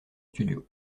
studio